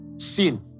Sin